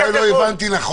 אם כך, אולי לא הבנתי נכון.